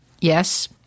Yes